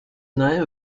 name